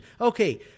Okay